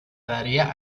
daría